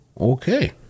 Okay